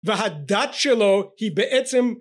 והדת שלו היא בעצם